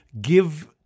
give